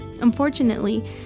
Unfortunately